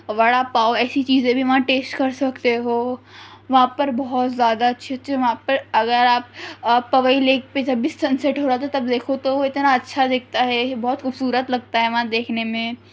وڑا پاؤ ایسی چیزیں بھی وہاں ٹسٹ کر سکتے ہو وہاں پر بہت زیادہ اچھے اچھے وہاں پر اگر آپ آپ پوئی لیگ پہ جب بھی سن سٹ ہورہا تھا تب دیکھو تو وہ اتنا اچھا دکھتا ہے بہت خوبصورت لگتا ہے وہاں دیکھنے میں